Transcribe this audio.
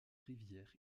rivière